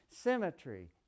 symmetry